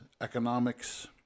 economics